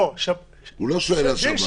שב"ס --- הוא לא שואל על שב"ס.